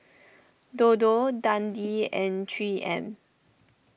Dodo Dundee and three M